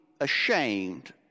ashamed